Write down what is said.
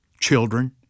children